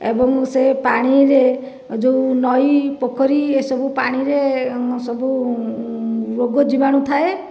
ଏବଂ ସେ ପାଣିରେ ଯେଉଁ ନଈ ପୋଖରୀ ଏସବୁ ପାଣିରେ ସବୁ ରୋଗ ଜୀବାଣୁ ଥାଏ